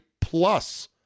plus